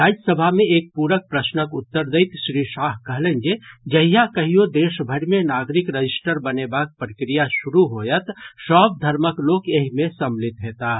राज्य सभा मे एक पूरक प्रश्नक उत्तर दैत श्री शाह कहलनि जे जहिया कहियो देश भरि मे नागरिक रजिस्टर बनेबाक प्रक्रिया शुरू होयत सभ धर्मक लोक एहि मे सम्मिलित हेताह